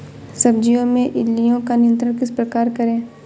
सब्जियों में इल्लियो का नियंत्रण किस प्रकार करें?